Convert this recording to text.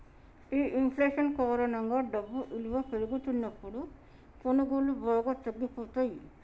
ఈ ఇంఫ్లేషన్ కారణంగా డబ్బు ఇలువ పెరుగుతున్నప్పుడు కొనుగోళ్ళు బాగా తగ్గిపోతయ్యి